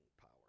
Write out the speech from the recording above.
power